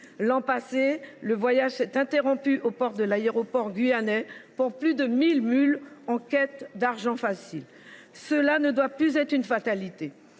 L’an passé, le voyage s’est interrompu aux portes de l’aéroport guyanais pour plus de 1 000 mules en quête d’argent facile. Ce ne doit plus être une fatalité.